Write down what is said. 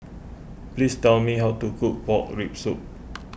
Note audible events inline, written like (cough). (noise) please tell me how to cook Pork Rib Soup